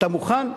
אתה מוכן?